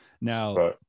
Now